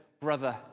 brother